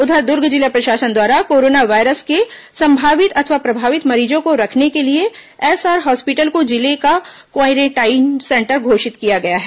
उधर दुर्ग जिला प्रशासन द्वारा कोरोना वायरस के संभावित अथवा प्रभावित मरीजों को रखने के लिए एसआर हॉस्पिटल को जिले का क्वारेंटाइन सेंटर घोषित किया गया है